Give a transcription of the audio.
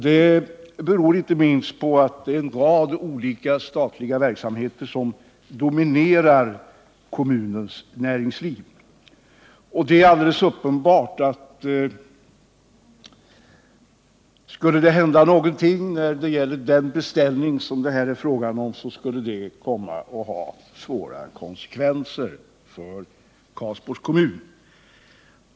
Detta beror inte minst på att det är en rad olika statliga verksamheter som dominerar kommunens näringsliv. Det är alldeles uppenbart, att det bl.a. för kommunen skulle få svåra konsekvenser om försvarets order på finkalibrig ammunition inte kommer att gå till Vanäsverken.